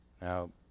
Now